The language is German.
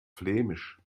flämisch